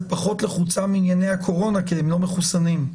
פחות לחוצה מענייני הקורונה כי היא לא מחוסנת.